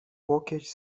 łokieć